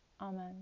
Amen